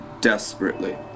desperately